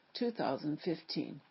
2015